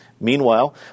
Meanwhile